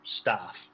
staff